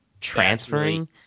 transferring